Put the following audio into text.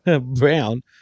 Brown